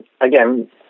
again